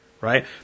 right